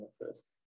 first